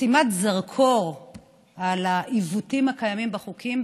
בשימת זרקור על העיוותים הקיימים בחוקים,